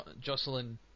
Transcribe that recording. Jocelyn